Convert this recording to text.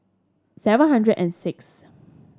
seven hundred and sixth